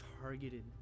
targeted